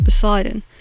Poseidon